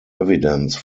evidence